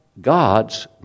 God's